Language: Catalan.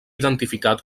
identificat